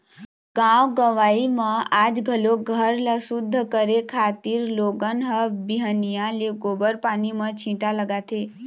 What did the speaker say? गाँव गंवई म आज घलोक घर ल सुद्ध करे खातिर लोगन ह बिहनिया ले गोबर पानी म छीटा लगाथे